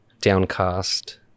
downcast